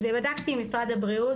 בדקתי עם משרד הבריאות,